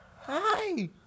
hi